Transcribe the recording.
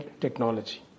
technology